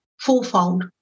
fourfold